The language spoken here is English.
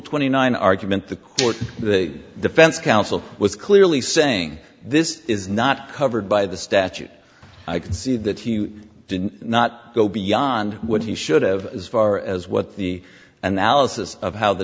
twenty nine argument the court the defense counsel was clearly saying this is not covered by the statute i can see that you did not go beyond what he should have as far as what the analysis of